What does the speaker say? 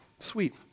Sweet